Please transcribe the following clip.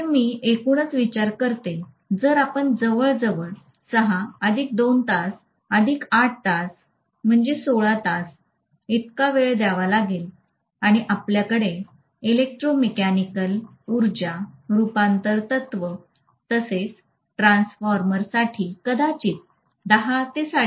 तर मी एकूणच विचार करते जर आपण जवळजवळ 6 अधिक 2 तास 8 तास अधिक 8 तास 16 तास इतकी वेळ द्यावा लागेल आणि आपल्याकडे इलेक्ट्रोमेकॅनिकल ऊर्जा रूपांतरण तत्त्व तसेच ट्रान्सफॉर्मर्स साठी कदाचित 10 12